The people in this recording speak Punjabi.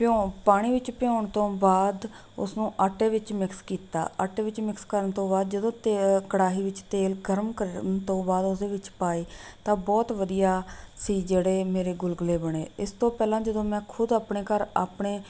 ਭਿਉਂ ਪਾਣੀ ਵਿੱਚ ਭਿਉਂਣ ਤੋਂ ਬਾਅਦ ਉਸ ਨੂੰ ਆਟੇ ਵਿੱਚ ਮਿਕਸ ਕੀਤਾ ਆਟੇ ਵਿੱਚ ਮਿਕਸ ਕਰਨ ਤੋਂ ਬਾਅਦ ਜਦੋਂ ਤੇ ਕੜਾਹੀ ਵਿੱਚ ਤੇਲ ਗਰਮ ਕਰਨ ਤੋਂ ਬਾਅਦ ਉਸ ਦੇ ਵਿੱਚ ਪਾਏ ਤਾਂ ਬਹੁਤ ਵਧੀਆ ਸੀ ਜਿਹੜੇ ਮੇਰੇ ਗੁਲਗੁਲੇ ਬਣੇ ਇਸ ਤੋਂ ਪਹਿਲਾਂ ਜਦੋਂ ਮੈਂ ਖੁਦ ਆਪਣੇ ਘਰ ਆਪਣੇ